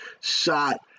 shot